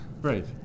Right